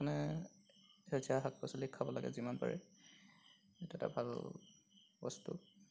মানে সেউজীয়া শাক পাচলি খাব লাগে যিমান পাৰে এইটো এটা ভাল বস্তু